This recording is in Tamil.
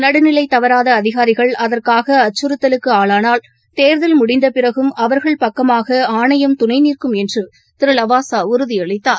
நடுநிலைதவறாதஅதிகாரிகள் அதற்காகஅச்சுறுத்தலுக்குஆளானால் தேர்தல் முடிந்தபிறகும் அவர்கள் பக்கமாகஆணையம் துணைநிற்கும் என்றுதிருலவாசாஉறுதியளித்தார்